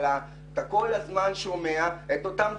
הכלכלה אתה כל הזמן שומע את אותה תשובה: